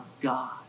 God